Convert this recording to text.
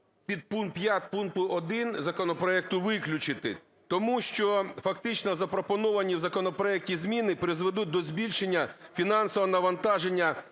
підпункт 5 пункту 1 законопроекту виключити. Тому що фактично запропоновані в законопроекті зміни призведуть до збільшення фінансового навантаження